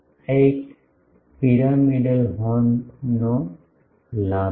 આ એક પિરામિડલ હોર્નનો લાભ છે